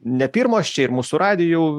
ne pirmos čia ir mūsų radijų